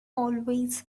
always